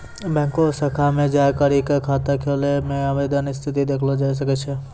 बैंको शाखा मे जाय करी क खाता खोलै के आवेदन स्थिति देखलो जाय सकै छै